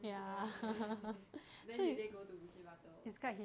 okay okay then did they go to bukit batok